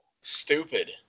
stupid